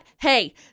hey